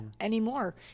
anymore